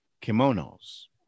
kimonos